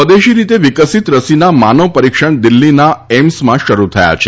સ્વદેશી રીતે વિકસિત રસીના માનવ પરીક્ષણ દિલ્હીમાં એઈમ્સમાં જ શરૂ થયાં છે